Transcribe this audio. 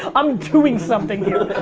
i'm doing something here.